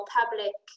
public